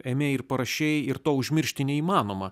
ėmei ir parašei ir to užmiršti neįmanoma